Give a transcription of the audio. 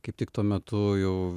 kaip tik tuo metu jau